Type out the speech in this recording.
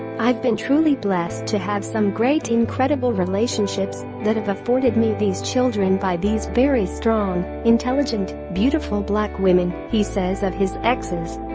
i've been truly blessed to have some great, incredible relationships that have afforded me these children by these very strong, intelligent, beautiful black women, he says of his exes